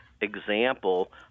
example